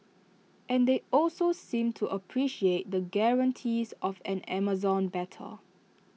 and they also seemed to appreciate the guarantees of an Amazon better